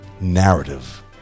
narrative